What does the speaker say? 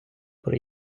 про